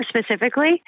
specifically